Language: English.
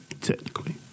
Technically